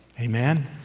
Amen